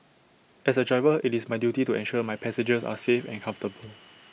as A driver IT is my duty to ensure my passengers are safe and comfortable